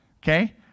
okay